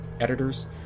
editors